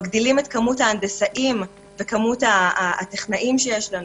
מגדילים את כמות ההנדסאים וכמות הטכנאים שיש לנו,